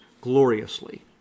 gloriously